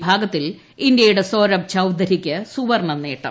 വിഭാഗത്തിൽ ഇന്ത്യയുടെ സൌരഭ് ചൌധരിക്ക് സുവർണനേട്ടം